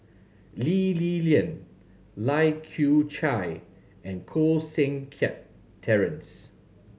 Lee Li Lian Lai Kew Chai and Koh Seng Kiat Terence